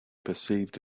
perceived